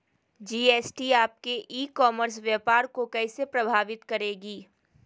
GST आपके e commerce व्यापार को कैसे प्रभावित करेगी?